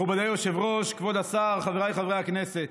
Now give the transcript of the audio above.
מכובדי היושב-ראש, כבוד השר, חבריי חברי הכנסת,